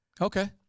Okay